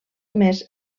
més